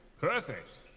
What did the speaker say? Perfect